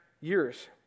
years